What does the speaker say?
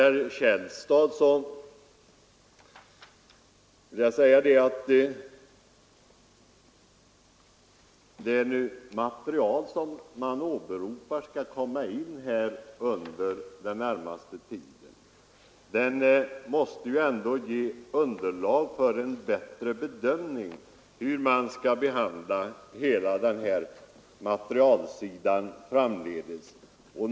Sedan vill jag säga till herr Källstad att det material som skall komma in under den närmaste tiden måste ju ge underlag för en bättre bedömning av hur vi framdeles skall behandla hela materialsidan.